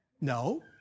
No